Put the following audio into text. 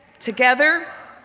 together,